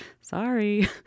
Sorry